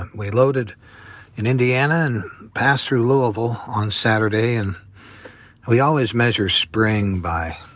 and we loaded in indiana and passed through louisville on saturday. and we always measure spring by